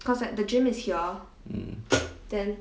mm